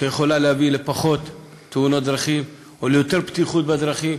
שיכולה להביא לפחות תאונות דרכים או ליותר בטיחות בדרכים?